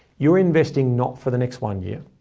you're investing not for the next one year,